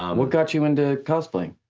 um what got you into cosplaying?